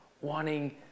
wanting